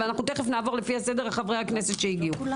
אנחנו תיכף נעבור לפי הסדר לחברי הכנסת שהגיעו.